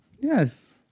Yes